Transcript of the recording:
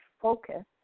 focus